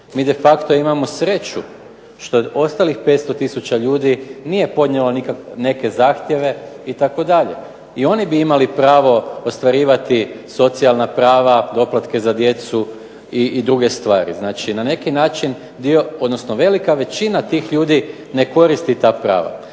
Mi de facto imamo sreću što ostalih 500 tisuća ljudi nije podnijelo neke zahtjeve itd. I oni bi imali pravo ostvarivati socijalna prava, doplatke za djecu i druge stvari. Znači, na neki način dio odnosno velika većina tih ljudi ne koristi ta prava.